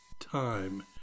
time